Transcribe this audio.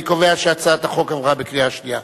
אני קובע שהצעת החוק עברה בקריאה שנייה.